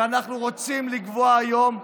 שאנחנו רוצים לקבוע היום,